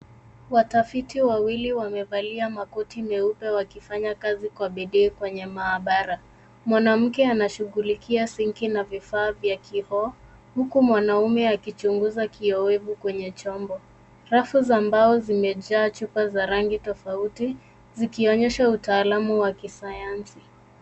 Watafiti wawili wamevalia makoti meupe wakifanya kazi kwa bidii kwenye maabara. Mwanamke anashughulikia sinki na vifaa vya kioo huku mwanaume akichunguza kiowevu kwenye chombo. Rafu za mbao zimejaa chupa za rangi tofauti zikionyesha utaalamu wa kisayansi.